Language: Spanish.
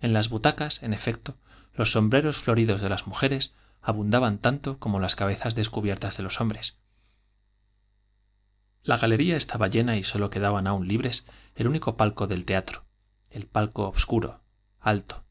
en las butacas en efecto los sombreros floridos de las mujeres abundaban tanto como las cabezas descubiertas de los hombres la galería estaba llena y sólo quedaba aun libre el único palco del teatro el palco obscuro alto